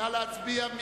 נא להצביע.